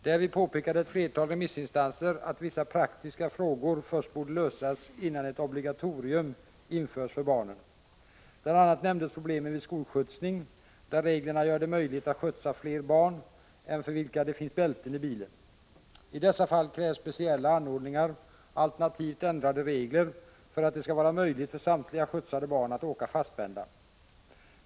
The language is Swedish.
Därvid påpekade ett flertal remissinstanser att vissa praktiska frågor först borde lösas innan ett obligatorium införs för barnen. Bl. a. nämndes problemen vid skolskjutsning, där reglerna gör det möjligt att skjutsa fler barn än för vilka det finns bälten i bilen. I dessa fall krävs speciella anordningar — alternativt ändrade regler — för att det skall vara möjligt för samtliga skjutsade barn att åka fastspända.